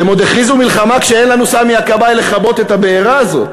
והם עוד הכריזו מלחמה כשאין לנו סמי הכבאי לכבות את הבעירה הזאת.